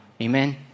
Amen